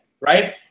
right